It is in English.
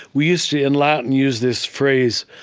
we used to, in latin, use this phrase,